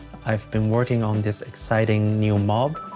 i've been working on this exciting new mob.